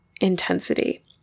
intensity